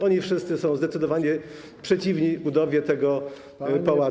Oni wszyscy są zdecydowanie przeciwni budowie tego pałacu.